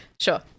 Sure